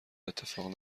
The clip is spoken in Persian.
اتفاق